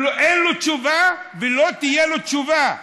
אין לו תשובה ולא תהיה לו תשובה.